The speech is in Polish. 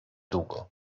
długo